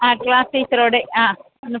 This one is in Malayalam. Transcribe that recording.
ആ ക്ലാസ് ടീച്ചറോട് ആ ഒന്ന്